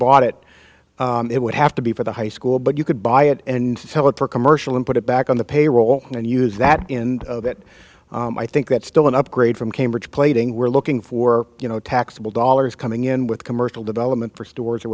bought it it would have to be for the high school but you could buy it and sell it for a commercial and put it back on the payroll and use that in that i think that's still an upgrade from cambridge plaiting we're looking for you know taxable dollars coming in with commercial development for stores or